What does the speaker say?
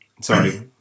Sorry